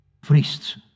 priests